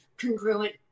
congruent